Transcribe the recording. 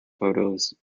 photos